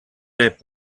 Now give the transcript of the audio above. dead